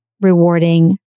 rewarding